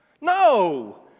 No